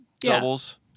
Doubles